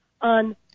on